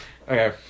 Okay